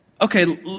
okay